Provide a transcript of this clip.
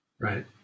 Right